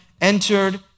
entered